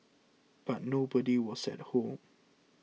but nobody was at home